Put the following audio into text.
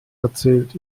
erzählt